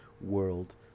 world